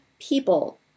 people